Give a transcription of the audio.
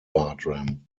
bartram